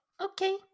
Okay